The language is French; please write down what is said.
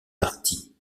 parties